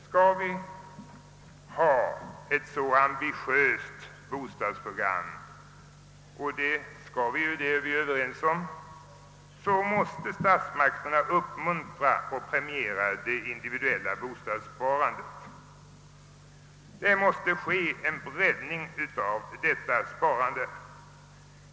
Skall vi ha ett så ambitiöst bostadsprogram och det är vi ju överens om — måste statsmakterna uppmuntra och premiera det individuella bostadssparandet. Det måste ske en breddning av detta sparande.